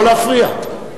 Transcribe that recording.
לא להפריע.